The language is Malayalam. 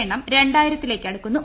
എണ്ണം രണ്ടായിരത്തിലേക്കടുക്കുന്നു